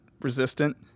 resistant